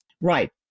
right